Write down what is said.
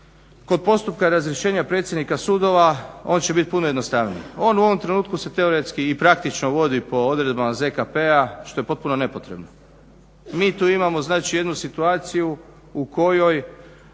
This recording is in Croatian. kod postupka razrješenja predsjednika sudova on će biti puno jednostavniji. On u ovom trenutku se teoretski i praktično vodi po odredbama ZKP-a što je potpuno nepotrebno. Mi tu imamo znači jednu situaciju u kojoj